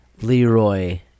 leroy